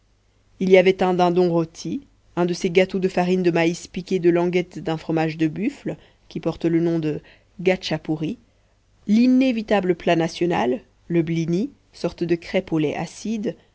il y avait un dindon rôti un de ces gâteaux de farine de maïs piqués de languettes d'un fromage de buffle qui portent le nom de gatschapouri l'inévitable plat national le blini sorte de crêpe au lait acide